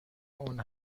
اون